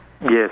Yes